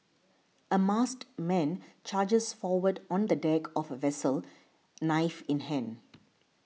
a masked man charges forward on the deck of a vessel knife in hand